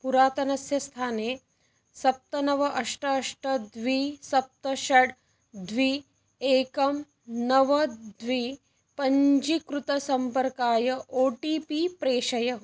पुरातनस्य स्थाने सप्त नव अष्ट अष्ट द्वे सप्त षट् द्वे एकं नव द्वे पञ्जीकृतसम्पर्काय ओ टि पि प्रेषय